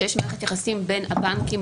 שיש מערכת יחסים בין הבנקים,